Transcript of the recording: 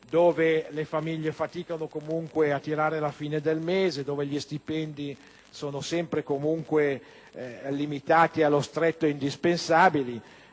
le famiglie faticano ad arrivare alla fine del mese e gli stipendi sono sempre e comunque limitati allo stretto indispensabile.